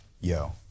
Yo